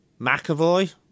McAvoy